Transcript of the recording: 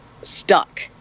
stuck